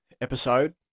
episode